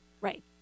Right